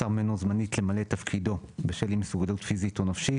ממנו זמנית למלא את תפקידו בשל אי-מסוגלות פיזית או נפשית